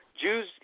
Jews